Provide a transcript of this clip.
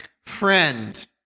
friend